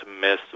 miss